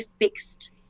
fixed